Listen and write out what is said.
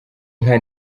nka